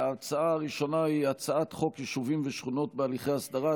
ההצעה הראשונה היא הצעת חוק יישובים ושכונות בהליכי הסדרה,